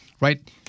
right